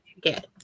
get